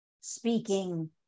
speaking